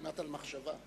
כמעט על מחשבה.